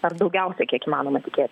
ar daugiausia kiek įmanoma tikėt